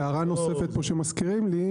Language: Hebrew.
והערה נוספת פה שמזכירים לי,